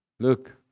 Look